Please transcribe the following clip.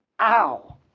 ow